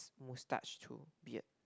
moustache too beard